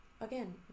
Again